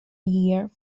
year